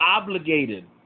Obligated